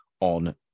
on